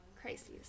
crises